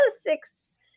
six